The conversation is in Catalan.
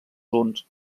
huns